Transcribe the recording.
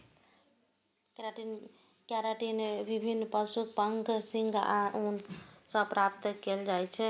keratin विभिन्न पशुक पंख, सींग आ ऊन सं प्राप्त कैल जाइ छै